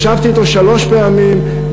ישבתי אתו שלוש פעמים,